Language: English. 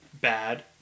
bad